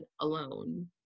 alone